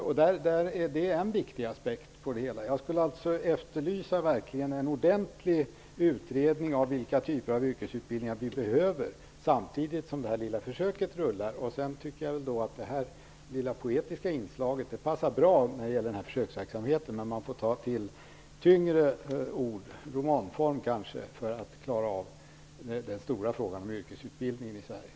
Det är en viktig aspekt på det hela. Jag skulle alltså verkligen vilja efterlysa en ordentlig utredning om vilka typer av yrkesutbildningar som vi behöver, samtidigt som det här lilla försöket rullar vidare. Jag tycker att det lilla poetiska inslaget i den här försöksverksamheten passar bra, men man får ta till tyngre ord - kanske romanformen - för att klara den stora frågan om yrkesutbildningen i Sverige.